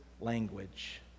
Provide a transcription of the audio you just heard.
language